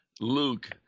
Luke